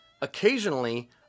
Occasionally